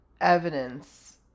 evidence